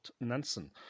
Nansen